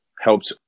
helped